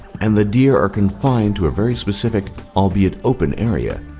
and the deer are confined to a very specific, albeit open, area.